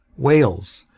wales.